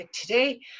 today